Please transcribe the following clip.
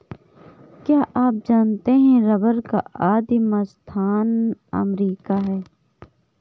क्या आप जानते है रबर का आदिमस्थान अमरीका है?